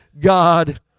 God